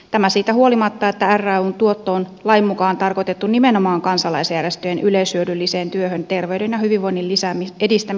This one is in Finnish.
tämä siitä huolimatta että rayn tuotto on lain mukaan tarkoitettu nimenomaan kansalaisjärjestöjen yleishyödylliseen työhön terveyden ja hyvinvoinnin edistämiseksi